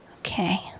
Okay